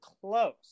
close